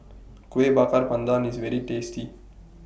Kuih Bakar Pandan IS very tasty